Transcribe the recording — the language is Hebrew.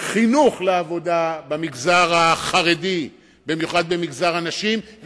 חינוך לעבודה, במגזר החרדי, בעיקר בקרב הנשים.